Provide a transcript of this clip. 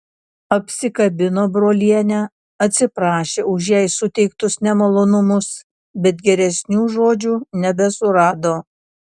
apsikabino brolienę atsiprašė už jai suteiktus nemalonumus bet geresnių žodžių nebesurado